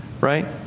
Right